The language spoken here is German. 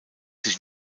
sich